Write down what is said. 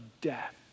death